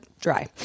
dry